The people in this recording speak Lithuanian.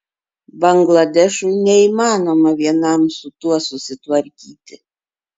bangladešui neįmanoma vienam su tuo susitvarkyti